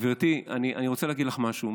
גברתי, אני רוצה להגיד לך משהו.